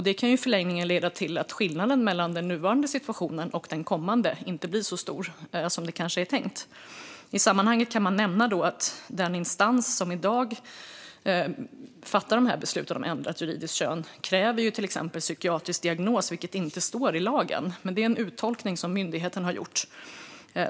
Det kan i förlängningen leda till att skillnaden mellan den nuvarande situationen och den kommande inte blir så stor som det kanske är tänkt. I sammanhanget kan jag nämna att den instans som i dag fattar dessa beslut om ändrat juridiskt kön till exempel kräver psykiatrisk diagnos, vilket inte står i lagen. Men det är en uttolkning som myndigheten har gjort.